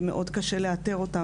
מאוד קשה לאתר אותם,